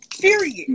Period